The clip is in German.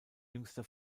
jüngster